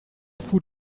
food